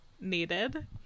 needed